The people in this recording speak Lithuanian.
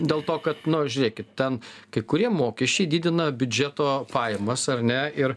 dėl to kad nu žiūrėkit ten kai kurie mokesčiai didina biudžeto pajamas ar ne ir